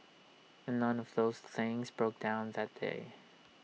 and none of those things broke down that day